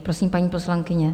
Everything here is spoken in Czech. Prosím, paní poslankyně.